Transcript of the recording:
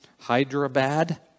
Hyderabad